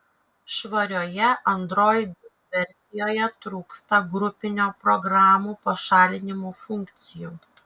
švarioje android versijoje trūksta grupinio programų pašalinimo funkcijų